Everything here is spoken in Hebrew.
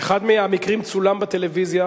אחד מהמקרים צולם בטלוויזיה.